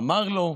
אמר לו: